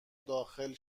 داخل